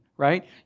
right